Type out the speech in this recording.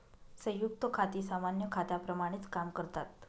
संयुक्त खाती सामान्य खात्यांप्रमाणेच काम करतात